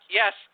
yes